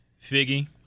Figgy